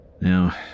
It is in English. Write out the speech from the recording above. Now